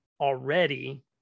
already